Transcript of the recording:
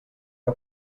que